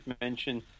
mention